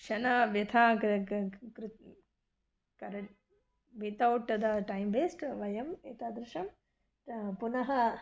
क्षनव्यथा कृ कृत् करड् वितौट् द टैम् वेस्ड् वयम् एतादृशं र पुनः